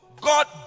god